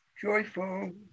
joyful